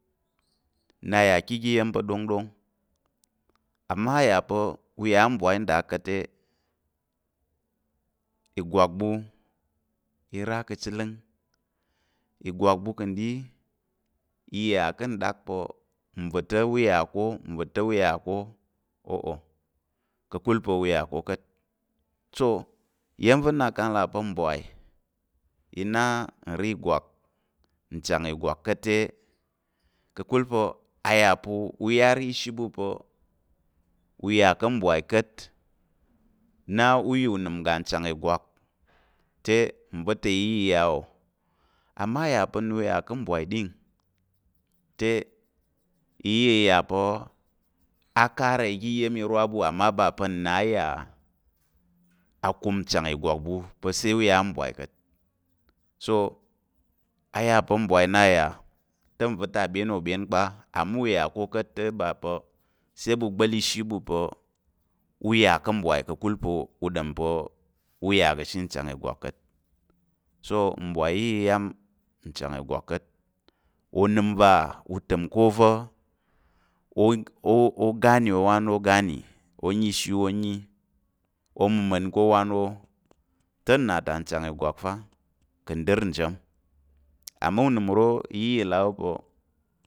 Nna yà ká̱ oga iya̱m pa̱ ɗongɗong amma a yà pa̱, u yà mbwai nda ka̱t te, ìgwak ɓu i ra ka̱ chiləng, ìgwak ɓu ka̱ ɗi i yà ká̱ nɗak pa̱ nva̱ ta̱ u yà ko, nva̱ ta̱ yà ko o'o, ka̱kul pa̱ u yà ko ka̱t, so iya̱m nak kang n là pa̱ mbwai i a n ra ìgwak, nchang ìgwak ka̱t te, ka̱kul pa̱ a yà pa̱, u yar ishi pa̱ u yà ká̱ mbwai ka̱t, na u yà unəm uga nchang ìgwak, te nva̱ ta iya i ya wo amma a yà pa̱ na u yà ká̱ mbwai ɗin, te iya i yà pa̱ akara oga iya̱m ro á ɓu amma ba pa̱ nna a yà akum nchang ìgwak ɓu pa̱ sai u yà ká̱ mbwai ka̱t so a yà pa̱ mbwai nna yà te nva̱ ta byen wo byen kpa amma a yà pa̱ u yà ko ka̱t, te ba pa̱ sai ɓu gba̱l ishi ɓu pa̱ u yà ká̱ mbwai ka̱kul pa̱ u ɗom pa̱ u yà ka̱ ashe nchang ìgwak ka̱t, so mbwai iya i yap nchang ìgwak ka̱t. Onəm va u təm ká̱ ova̱, o gani owan wo gani, o yi ishi wó yi o mməma̱n ká̱ owan wó te nna ta nchang ìgwak fa ka̱ ndər njem amma unəm uro iya i là á ɓu pa̱